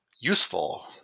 useful